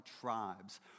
tribes